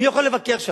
מי יכול לבקר שם?